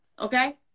okay